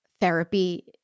therapy